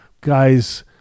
guys